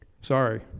sorry